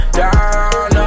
down